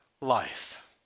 life